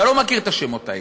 אתה לא מכיר את השמות האלה.